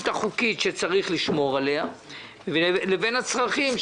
החוקית שצריך לשמור עליה ובין הצרכים,